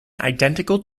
identical